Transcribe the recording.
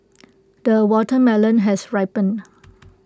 the watermelon has ripened